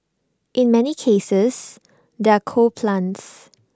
in many cases they're coal plants